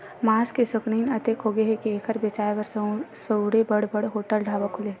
मांस के सउकिन अतेक होगे हे के एखर बेचाए बर सउघे बड़ बड़ होटल, ढाबा खुले हे